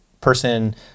person